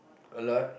a lot